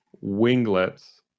winglets